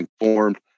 informed